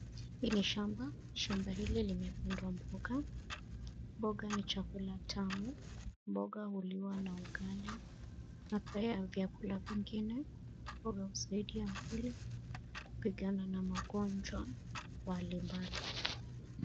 Hii ni shamba, shamba hili limepandwa mboga, mboga ni chakula tamu, mboga huliwa na ugali na pia vyakula vingine, mboga husaidia mwili kupigana na magonjwa mbali mbali.